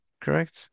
correct